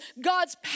God's